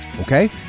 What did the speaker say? Okay